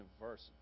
verse